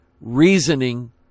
reasoning